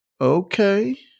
Okay